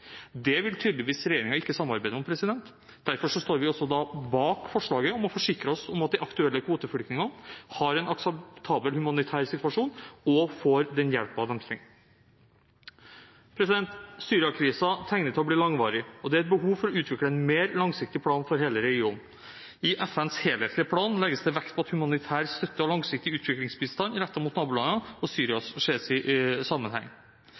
Det vil tydeligvis ikke regjeringen samarbeide om. Derfor står vi bak forslaget om at regjeringen må forsikre seg om at de aktuelle kvoteflyktningene har en akseptabel humanitær situasjon og får den hjelpen de trenger. Syria-krisen tegner til å bli langvarig. Det er behov for å utvikle en mer langsiktig plan for hele regionen. I FNs helhetlige plan legges det vekt på at humanitær støtte og langsiktig utviklingsbistand rettet mot nabolandene og Syria må ses i sammenheng.